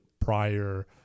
prior